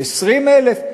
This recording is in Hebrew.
20,000,